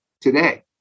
today